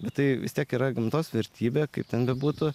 bet tai vis tiek yra gamtos vertybė kaip ten bebūtų